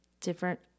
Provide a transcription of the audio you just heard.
different